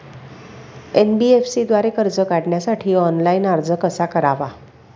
NBFC द्वारे कर्ज काढण्यासाठी ऑनलाइन अर्ज कसा करावा?